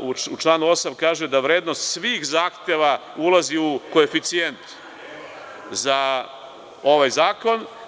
u članu 8. kaže – da vrednost svih zahteva ulazi u koeficijent za ovaj zakon.